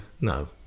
No